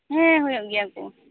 ᱦᱮᱸ ᱦᱩᱭᱩᱜ ᱜᱮᱭᱟᱠᱚ